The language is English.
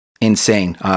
Insane